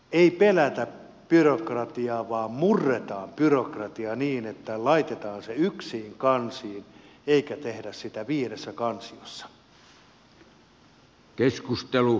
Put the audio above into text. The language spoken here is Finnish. ei pelätä byrokratiaa vaan murretaan byrokratia niin että laitetaan se yksiin kansiin eikä tehdä sitä viidessä kansiossa